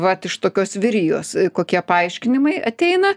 vat iš tokios vyrijos kokie paaiškinimai ateina